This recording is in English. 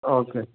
okay